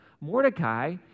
Mordecai